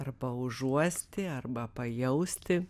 arba užuosti arba pajausti